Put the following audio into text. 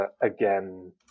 again